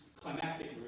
climactic